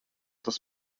tas